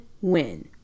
win